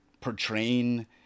portraying